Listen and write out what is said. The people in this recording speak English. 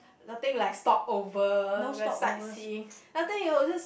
nothing like stop over sightseeing nothing it was just